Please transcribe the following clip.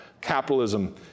capitalism